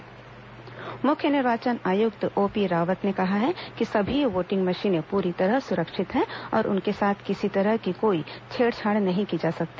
मुख्य निर्वाचन आयुक्त मुख्य निर्वाचन आयुक्त ओपी रावत ने कहा है कि सभी वोटिंग मशीनें पूरी तरह सुरक्षित हैं और उनके साथ किसी तरह की कोई छेड़छाड़ नहीं की जा सकती